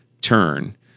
turn